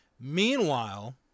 Meanwhile